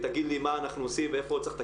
תגיד לי מה אנחנו עושים ואיפה צריך לתקן.